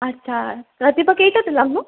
আচ্ছা ৰাতিপুৱা কেইটাত ওলামনো